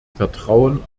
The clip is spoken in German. vertrauen